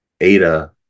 Ada